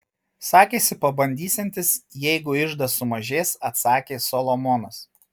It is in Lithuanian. sakėsi pabandysiantis jeigu ižas sumažės atsakė solomonas